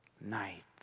night